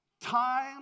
time